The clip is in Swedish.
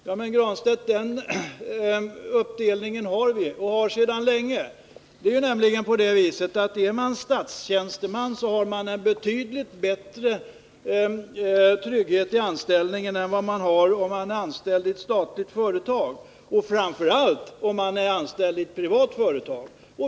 Men, Pär Granstedt, den indelningen har vi sedan länge. Är man statstjänsteman har man en betydligt större trygghet i anställningen än vad man har om man är anställd i ett statligt företag, och ännu mycket mer än om man är anställd i ett privat företag.